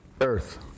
Earth